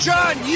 John